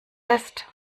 ist